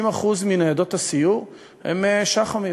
50% מניידות הסיור הם שח"מיות,